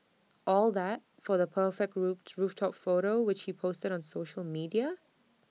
all that for the perfect roof rooftop photo which he posted on social media